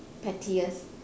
pettiest